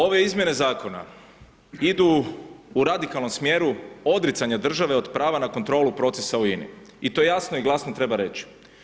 Ove izmjene zakona idu u radikalnom smjeru odricanja države od prava na kontrolu procesa u INA-i u to jasno i glasno treba reći.